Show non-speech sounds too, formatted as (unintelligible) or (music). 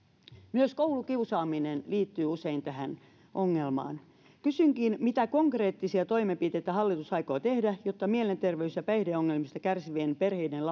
myös koulukiusaaminen liittyy usein tähän ongelmaan kysynkin mitä konkreettisia toimenpiteitä hallitus aikoo tehdä jotta mielenterveys ja päihdeongelmista kärsivien perheiden (unintelligible)